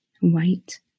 white